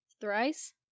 Thrice